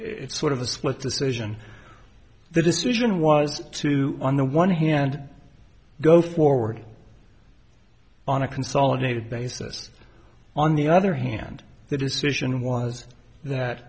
it's sort of a split decision the decision was too on the one hand go forward on a consolidated basis on the other hand the decision was that